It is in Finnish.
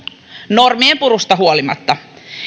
normien purusta huolimatta